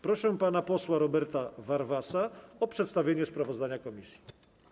Proszę pana posła Roberta Warwasa o przedstawienie sprawozdania komisji.